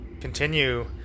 continue